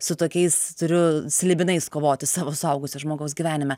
su tokiais turiu slibinais kovoti savo suaugusio žmogaus gyvenime